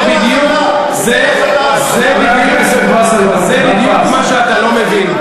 זה בדיוק מה שאתה לא מבין.